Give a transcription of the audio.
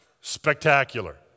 spectacular